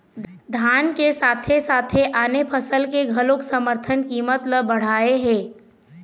धान के साथे साथे आने फसल के घलोक समरथन कीमत ल बड़हाए हे